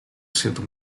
sinto